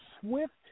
swift